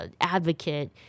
Advocate